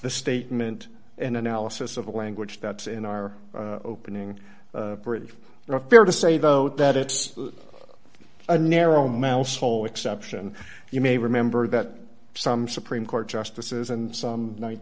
the statement and analysis of the language that's in our opening british fair to say though that it's a narrow mousehole exception you may remember that some supreme court justices and some